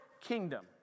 kingdom